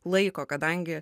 laiko kadangi